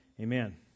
Amen